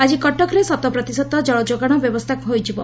ଆକି କଟକରେ ଶତପ୍ରତିଶତ କଳଯୋଗାଶ ବ୍ୟବସ୍ଥା ହୋଇଯିବ